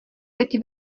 teď